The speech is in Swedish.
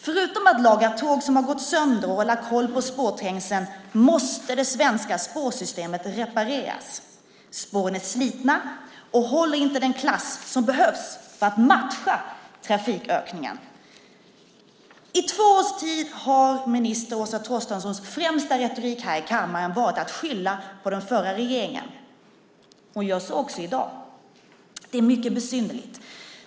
Förutom att laga tåg som har gått sönder och hålla koll på spårträngseln måste man reparera det svenska spårsystemet. Spåren är slitna och håller inte den klass som behövs för att matcha trafikökningen. I två års tid har minister Åsa Torstenssons främsta retorik här i kammaren varit att skylla på den förra regeringen. Hon gör så också i dag. Det är mycket besynnerligt.